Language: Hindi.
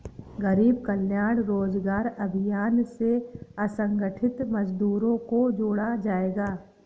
गरीब कल्याण रोजगार अभियान से असंगठित मजदूरों को जोड़ा जायेगा